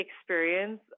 experience